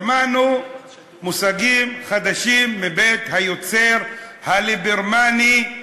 שמענו מושגים חדשים מבית היוצר הליברמני,